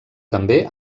també